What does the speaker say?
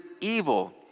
evil